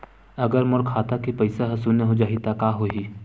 अगर मोर खाता के पईसा ह शून्य हो जाही त का होही?